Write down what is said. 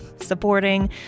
supporting